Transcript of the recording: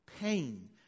pain